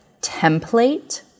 template